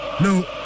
No